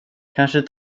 kanske